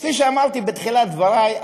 כפי שאמרתי בתחילת דברי,